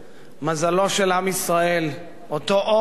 מזלו של עם ישראל, אותו עורף,